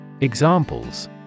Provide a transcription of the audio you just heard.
Examples